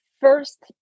first